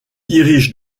dirige